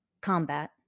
combat